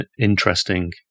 interesting